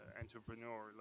entrepreneur